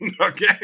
Okay